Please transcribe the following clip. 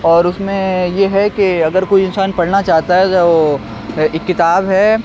اور اس میں یہ ہے کہ اگر کوئی انسان پڑھنا چاہتا ہے تو وہ ایک کتاب ہے